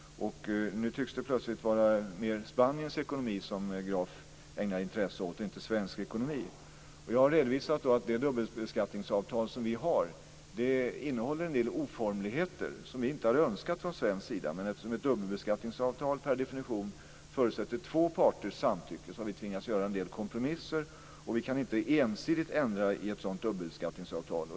Nu tycks det plötsligt vara mera Spaniens ekonomi som Graf ägnar sitt intresse åt och inte svensk ekonomi. Jag har redovisat att det dubbelbeskattningsavtal som vi har innehåller en del oformligheter som vi från svensk sida inte hade önskat, men eftersom ett dubbelbeskattningsavtal per definition förutsätter två parters samtycke har vi tvingats att göra en del kompromisser, och vi kan inte ensidigt ändra i ett sådant dubbelbeskattningsavtal.